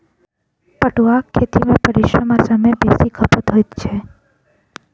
पटुआक खेती मे परिश्रम आ समय बेसी खपत होइत छै